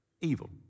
evil